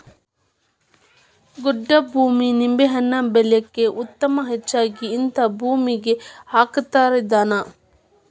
ಗೊಡ್ಡ ಭೂಮಿ ನಿಂಬೆಹಣ್ಣ ಬೆಳ್ಯಾಕ ಉತ್ತಮ ಹೆಚ್ಚಾಗಿ ಹಿಂತಾ ಭೂಮಿಗೆ ಹಾಕತಾರ ಇದ್ನಾ